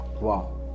Wow